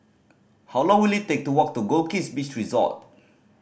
how long will it take to walk to Goldkist Beach Resort